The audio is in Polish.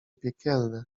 piekielne